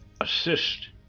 assist